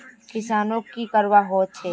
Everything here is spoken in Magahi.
किसानोक की करवा होचे?